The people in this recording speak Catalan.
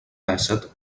dèsset